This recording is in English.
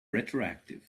retroactive